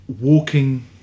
walking